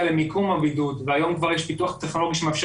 למיקום הבידוד והיום כבר יש פיתוח טכנולוגי שמאפשר